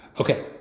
Okay